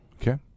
Okay